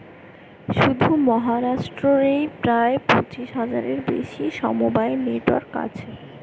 শুধু মহারাষ্ট্র রেই প্রায় পঁচিশ হাজারের বেশি সমবায় নেটওয়ার্ক আছে